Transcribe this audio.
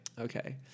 Okay